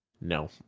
no